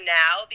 now